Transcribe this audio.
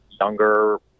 younger